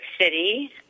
City